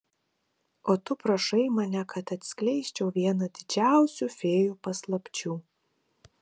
o tu prašai mane kad atskleisčiau vieną didžiausių fėjų paslapčių